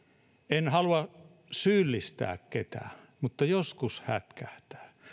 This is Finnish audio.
en halua syyllistää ketään mutta joskus hätkähtää